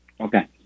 Okay